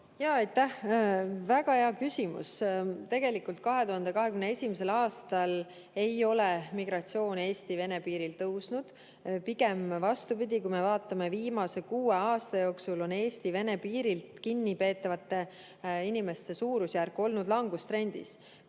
Aitäh, väga hea küsimus! Tegelikult 2021. aastal ei ole migratsioon Eesti-Vene piiril tõusnud, pigem vastupidi. Kui me vaatame, siis viimase kuue aasta jooksul on Eesti-Vene piiril kinnipeetavate inimeste suurusjärk olnud langustrendis.